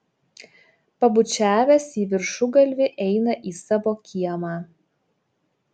pabučiavęs į viršugalvį eina į savo kiemą